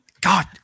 God